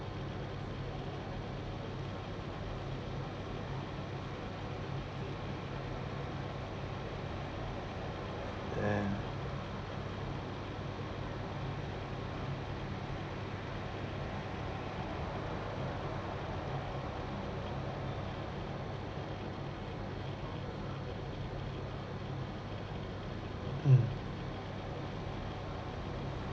mm